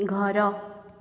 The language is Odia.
ଘର